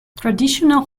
traditional